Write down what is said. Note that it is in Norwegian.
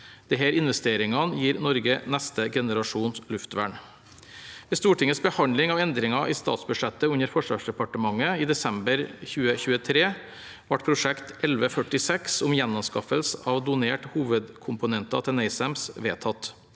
Disse investeringene gir Norge neste generasjons luftvern. Ved Stortingets behandling av endringer i statsbudsjettet under Forsvarsdepartementet i desember 2023 ble prosjekt 1146 om gjenanskaffelse av donerte hovedkomponenter til NASAMS vedtatt.